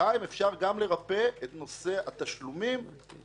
אפשר גם לרפא את נושא התשלומים או על-ידי